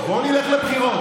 בואו נלך לבחירות,